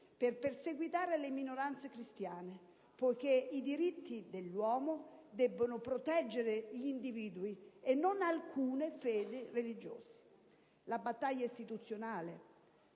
per perseguitare le minoranze cristiane, poiché i diritti dell'uomo debbono proteggere gli individui e non alcune fedi religiose. La battaglia istituzionale